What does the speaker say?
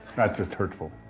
that's just hurtful.